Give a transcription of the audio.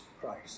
Christ